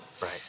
right